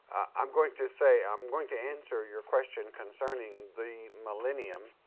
i'm going to say, i'm going to answer your question concerning the millennium,